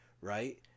right